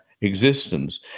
existence